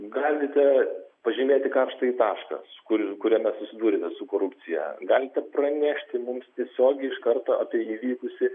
galite pažymėti karštąjį tašką s kur kuriame susidūrėte su korupcija galite pranešti mums tiesiogiai iš karto apie įvykusį